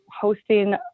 hosting